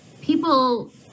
people